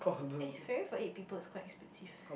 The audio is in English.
eh ferry for eight people is quite expensive